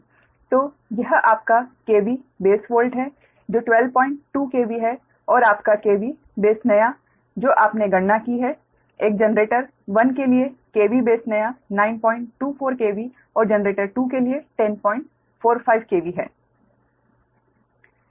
तो यह आपका KV बेस वोल्ट है जो 122 KV है और आपका KV बेस नया जो आपने गणना की है एक जनरेटर 1 के लिए KV बेस नया 924 KV और जनरेटर 2 के लिए 1045 KV है